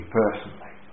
personally